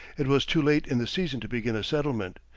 it was too late in the season to begin a settlement.